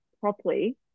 properly